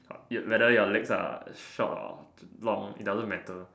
is whether your legs are short or long it doesn't matter